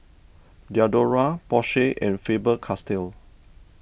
Diadora Porsche and Faber Castell